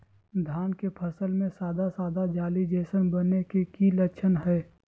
धान के फसल में सादा सादा जाली जईसन बने के कि लक्षण हय?